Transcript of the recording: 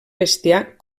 bestiar